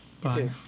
Bye